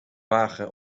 wagen